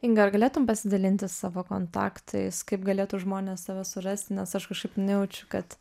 inga ar galėtum pasidalinti savo kontaktais kaip galėtų žmonės tave surasti nes aš kažkaip nujaučiu kad